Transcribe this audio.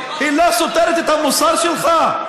לא סותרת את המוסר שלך?